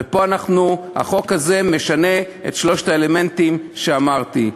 ופה, החוק הזה משנה את שלושת האלמנטים שאמרתי.